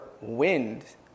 wind